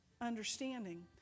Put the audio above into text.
understanding